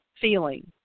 feeling